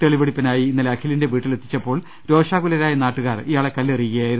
തെളിവെടുപ്പിനായി ഇന്നലെ അഖിലിന്റെ വീട്ടിലെത്തിച്ചപ്പോൾ രോഷാകുലരായ നാട്ടുകാർ ഇയാളെ കല്ലെറിയുകയായിരുന്നു